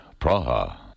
Praha